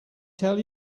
tell